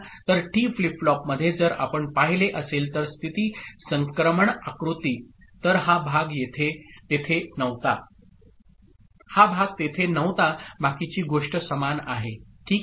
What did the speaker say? तर T flip फ्लॉपमध्ये जर आपण पाहिले असेल तर स्थिती संक्रमण आकृती तर हा भाग तेथे नव्हता हा भाग तेथे नव्हता बाकीची गोष्ट समान आहे ठीक आहे